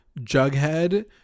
Jughead